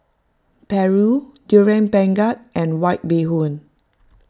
Paru Durian Pengat and White Bee Hoon